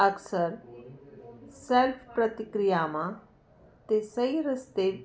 ਅਕਸਰ ਸੈਲਫ ਪ੍ਰਤਿਕ੍ਰਿਆਵਾਂ ਅਤੇ ਸਹੀ ਰਸਤੇ